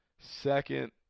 second